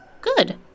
good